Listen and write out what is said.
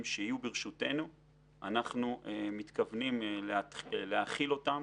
שיהיו ברשותנו אנחנו מתכוונים להחיל אותם